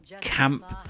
camp